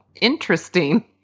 interesting